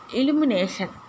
illumination